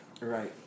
Right